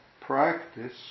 practice